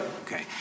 Okay